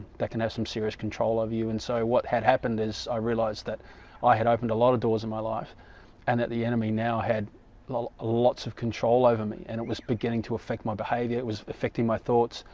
that can have some serious control of you and so what had happened is i realized that i had opened a lot of doors in my life and that the enemy now had lots of control, over me and it was beginning to affect, my behavior it was affecting, my thoughts,